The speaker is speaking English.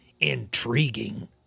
intriguing